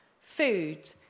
Food